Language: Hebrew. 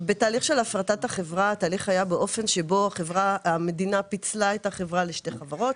תהליך הפרטת החברה היה באופן שבו המדינה פיצלה את החברה לשתי חברות